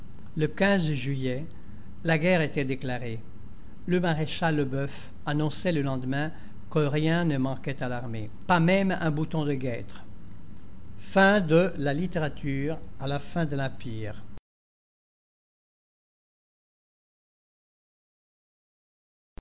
le juillet la guerre était déclarée le maréchal lebeuf annonçait le lendemain que rien ne manquait à l'armée pas même un bouton de guêtre